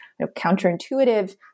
counterintuitive